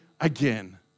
again